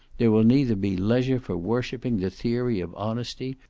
there will neither be leisure for worshipping the theory of honesty,